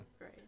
right